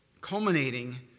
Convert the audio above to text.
Culminating